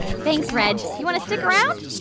thanks, reg. you want to stick around?